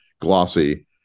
glossy